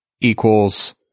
equals